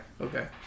okay